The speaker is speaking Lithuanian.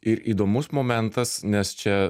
ir įdomus momentas nes čia